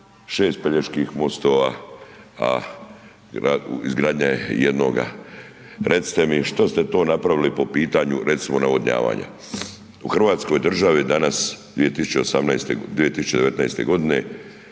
6 Peljeških mostova, a izgradnja je jednoga. Recite mi što ste to napravili po pitanju recimo navodnjavanja? U hrvatskoj državi danas 2019.g.